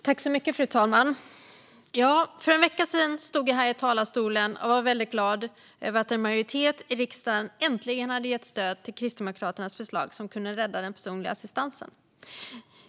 Fru talman! För en vecka sedan stod jag här i talarstolen och var väldigt glad över att en majoritet i riksdagen äntligen hade gett stöd till Kristdemokraternas förslag som kunde rädda den personliga assistansen.